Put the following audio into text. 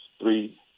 three